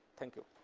thank you.